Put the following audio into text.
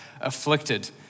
afflicted